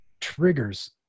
triggers